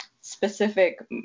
specific